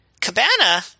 cabana